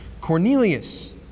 Cornelius